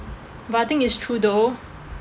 but I think it's true though